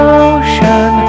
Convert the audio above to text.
ocean